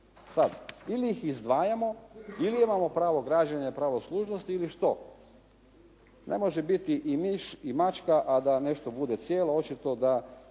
Sad ili ih izdvajamo ili imamo pravo građenja i pravo služnosti ili što? Ne može biti i miš i mačka, a da nešto bude cijelo. Očito da